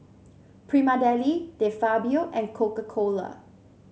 Prima Deli De Fabio and Coca Cola